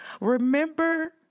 Remember